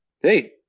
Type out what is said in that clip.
Hey